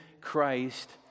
Christ